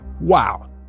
Wow